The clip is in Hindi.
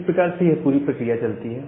इस प्रकार से यह पूरी प्रक्रिया चलती है